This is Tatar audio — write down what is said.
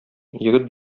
егет